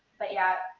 but yeah,